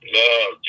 love